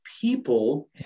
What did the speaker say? people